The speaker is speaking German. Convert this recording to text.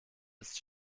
ist